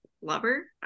lover